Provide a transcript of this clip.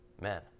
men